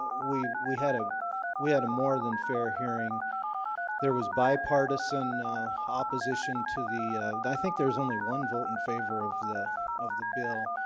we we had a we had a more than fair hearing there was bipartisan opposition to the i think there was only one vote in favor of the of the bill